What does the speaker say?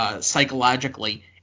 psychologically